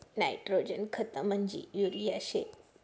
nitrogen खत म्हंजी urea शे